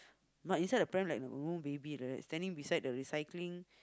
but inside the pram like no baby right standing beside the recycling